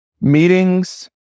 Meetings